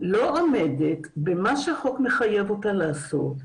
לא עומדת במה שהחוק מחייו אותה לעשות,